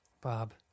Bob